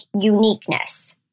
uniqueness